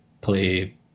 play